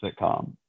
sitcom